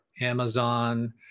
Amazon